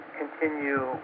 continue